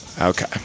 Okay